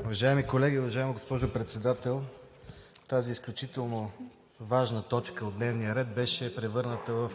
Уважаеми колеги, уважаема госпожо Председател! Тази изключително важна точка от дневния ред беше превърната в